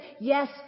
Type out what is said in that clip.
yes